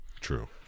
True